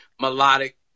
melodic